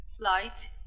flight